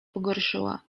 pogorszyła